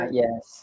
yes